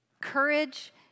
courage